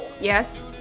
Yes